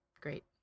great